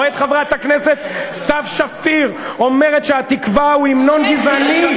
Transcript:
רואה את חברת הכנסת סתיו שפיר אומרת ש"התקווה" הוא המנון גזעני.